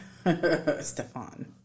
Stefan